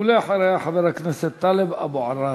ואחריה, חבר הכנסת טלב אבו עראר.